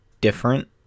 different